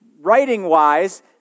writing-wise